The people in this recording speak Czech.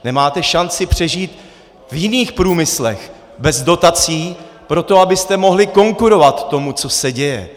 Nemáte šanci přežít v jiných průmyslech bez dotací pro to, abyste mohli konkurovat tomu, co se děje.